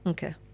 Okay